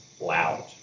Loud